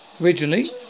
Originally